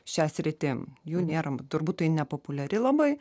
šia sritim jų nėra turbūt tai nepopuliari labai